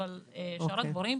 אבל לשאר הדברים,